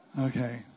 Okay